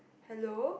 hello